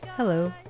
Hello